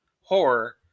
horror